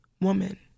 woman